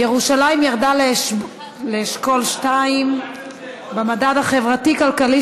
ירושלים ירדה לאשכול 2 במדד החברתי-כלכלי